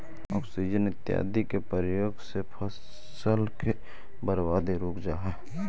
auxin इत्यादि के प्रयोग से फसल के बर्बादी रुकऽ हई